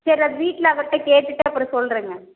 சரி வீட்டில் அவர்கிட்ட கேட்டுவிட்டு அப்புறம் சொல்லுறங்க